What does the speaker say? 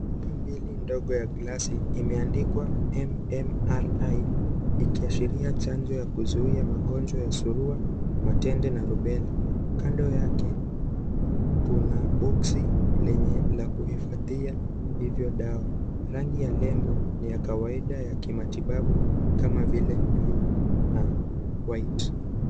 Chupa mbili ndogo ya glasi imeandikwa MMRI ikiashiria chanjo ya kuzuuia magonjwa ya surua, matende na rubella kando yake kuna boksi lenye la kuhifadhia hivyo dawa. Rangi ya lebo ni ya kawaiada ya matibabu kama vile bluu na white .